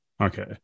Okay